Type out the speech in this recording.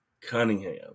Cunningham